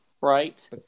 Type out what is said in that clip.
right